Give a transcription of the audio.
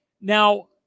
Now